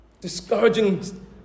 discouraging